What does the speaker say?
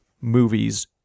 movies